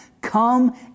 come